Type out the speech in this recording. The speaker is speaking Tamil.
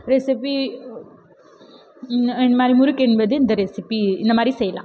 ரெசிபி இந்த மாதிரி முறுக்கு என்பது இந்த ரெசிபி இந்த மாதிரி செய்யலாம்